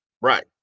Right